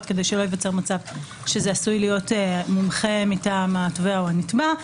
כדי שלא ייווצר מצב שזה עשוי להיות מומחה מטעם התובע או הנתבע,